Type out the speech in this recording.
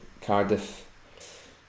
Cardiff